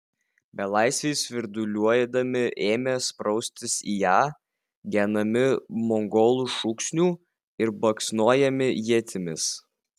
belaisviai svirduliuodami ėmė spraustis į ją genami mongolų šūksnių ir baksnojami ietimis